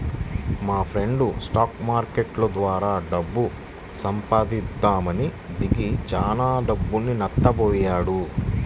మాఫ్రెండు stock market ద్వారా డబ్బు సంపాదిద్దామని దిగి చానా డబ్బులు నట్టబొయ్యాడు